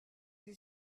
you